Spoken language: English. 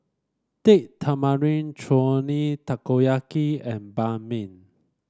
Date Tamarind Chutney Takoyaki and Banh Mi